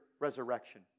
resurrection